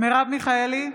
מרב מיכאלי,